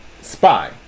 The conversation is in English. spy